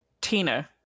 Tina